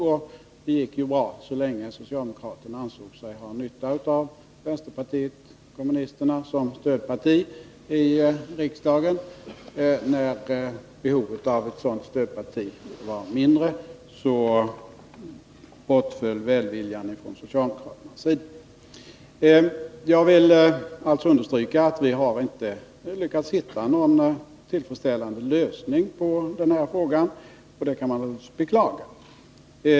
Det gick ju bra så länge socialdemokraterna ansåg sig ha nytta av vänsterpartiet kommunisterna som stödparti i riksdagen. När behovet av ett sådant stödparti blev mindre, bortföll emellertid välviljan från socialdemokraternas sida. Jag vill alltså understryka att vi inte har lyckats finna någon tillfredsstäl lande lösning på den här frågan, och det kan man naturligtvis beklaga.